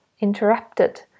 interrupted